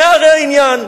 זה הרי העניין,